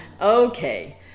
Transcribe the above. okay